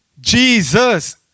Jesus